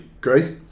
Great